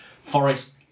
forest